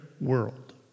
world